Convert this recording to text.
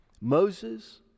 Moses